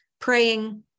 Praying